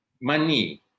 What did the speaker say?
money